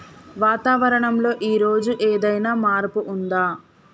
వాతావరణం లో ఈ రోజు ఏదైనా మార్పు ఉందా?